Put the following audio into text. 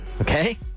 Okay